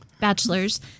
bachelor's